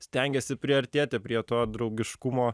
stengiasi priartėti prie to draugiškumo